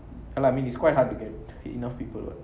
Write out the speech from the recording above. ya lah I mean it's quite hard to get enough people what